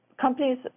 Companies